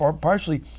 partially